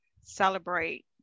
celebrate